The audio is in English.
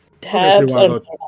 tabs